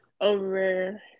over